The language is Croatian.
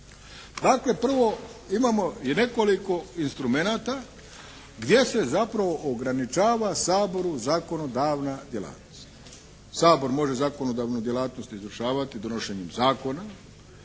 Dakle, prvo imamo i nekoliko instrumenata gdje se zapravo ograničava Saboru zakonodavna djelatnost. Sabor može zakonodavnu djelatnost izvršavati donošenjem zakona,